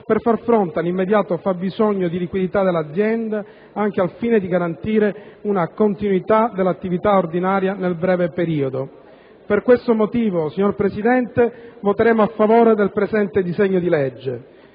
per far fronte all'immediato fabbisogno di liquidità dell'azienda, anche al fine di garantire una continuità dell'attività ordinaria nel breve periodo. Per questo motivo, signor Presidente, voteremo a favore del presente disegno di legge.